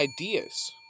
ideas